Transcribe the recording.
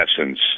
essence